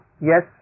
Yes